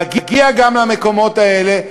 להגיע גם למקומות האלה,